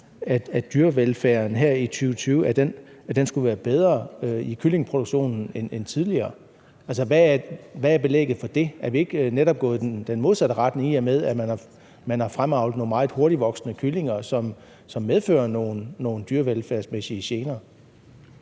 at dyrevelfærden her i 2020 skulle være bedre i kyllingeproduktionen end tidligere. Altså, hvad er belægget for det? Er vi ikke netop gået i den modsatte retning, i og med at man har fremavlet nogle meget hurtigtvoksende kyllinger, som har medført nogle dyrevelfærdsmæssige gener?